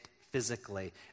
physically